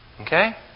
Okay